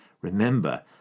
Remember